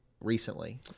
recently